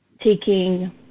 taking